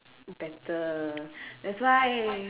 better that's why